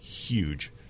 huge